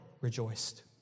rejoiced